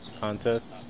contest